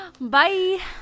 Bye